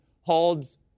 holds